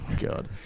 god